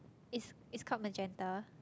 it's it's called magenta